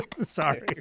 Sorry